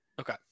okay